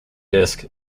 disc